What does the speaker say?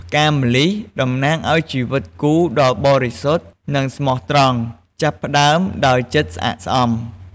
ផ្កាម្លិះ តំណាងអោយ ជីវិតគូដ៏បរិសុទ្ធ និងស្មោះត្រង់ ចាប់ផ្តើមដោយចិត្តស្អាតស្អំ ។